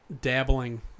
dabbling